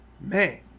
Man